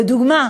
לדוגמה,